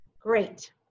great